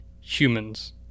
humans